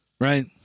Right